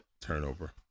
turnover